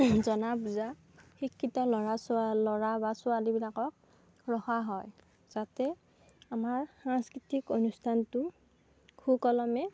জনা বুজা শিক্ষিত ল'ৰা ছোৱা ল'ৰা বা ছোৱালীবিলাকক ৰখা হয় যাতে আমাৰ সাংস্কৃতিক অনুষ্ঠানটো সুকলমে